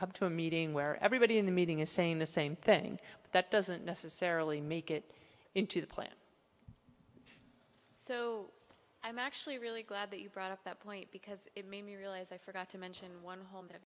come to a meeting where everybody in the meeting is saying the same thing but that doesn't necessarily make it into the plan so i'm actually really glad that you brought up that point because it made me realize i forgot to mention one home